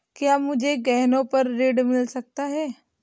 क्या मुझे गहनों पर ऋण मिल सकता है?